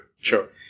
Sure